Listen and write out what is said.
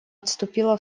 отступила